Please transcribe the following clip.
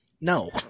no